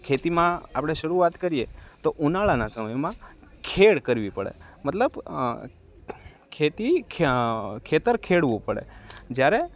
ખેતીમાં આપડે શરૂઆત કરીએ તો ઉનાળાના સમયમાં ખેડ કરવી પડે મતલબ ખેતી ખેતર ખેડવું પડે જ્યારે